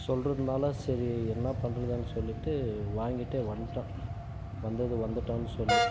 சொல்றதினால சரி என்ன பண்றதுன்னு சொல்லிவிட்டு வாங்கிட்டே வந்துட்டோம் வந்தது வந்துட்டோம்னு சொல்லி